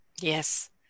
Yes